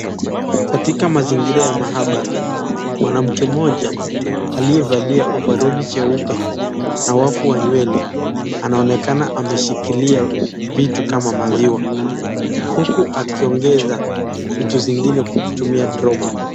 Katika mazingira ya mahabara, mwanamkemmoja aliyevalia ovaroli jeupe na wavu wa nywele, anaonekana ameshikilia vitu kama maziwa, huku akiongeza vitu zingine kwa kutumia dropper .